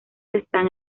están